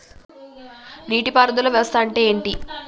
నీటి పారుదల వ్యవస్థ అంటే ఏంటి?